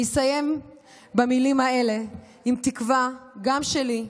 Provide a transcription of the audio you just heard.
אני אסיים במילים האלה עם תקווה, גם שלי: